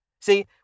See